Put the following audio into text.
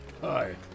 Hi